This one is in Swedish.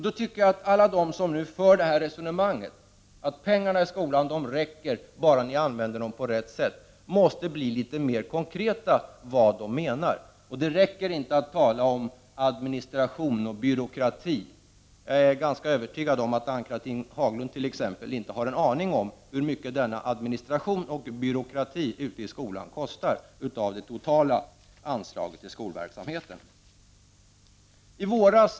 Då tycker jag att alla som nu för detta resonemang om att pengarna i skolan räcker till bara de används på rätt sätt måste vara litet mer konkreta när det gäller vad de menar. Det räcker inte att tala om administration och byråkrati. Jag är ganska övertygad om att t.ex. Ann-Cathrine Haglund inte har en aning om hur mycket denna administration och byråkrati i skolan kostar i förhållande till det totala anslaget till skolverksamheten.